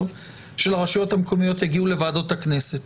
של הרשויות המקומיות יגיעו לוועדות הכנסת.